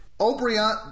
O'Brien